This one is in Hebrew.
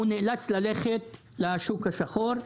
הוא נאלץ ללכת לשוק השחור,